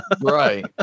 Right